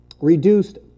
reduced